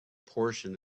portion